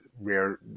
rare